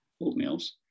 oatmeal's